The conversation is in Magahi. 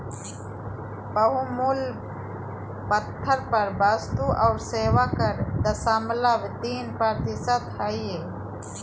बहुमूल्य पत्थर पर वस्तु और सेवा कर दशमलव तीन प्रतिशत हय